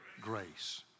Grace